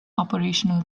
operational